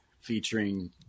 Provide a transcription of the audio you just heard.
featuring